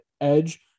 edge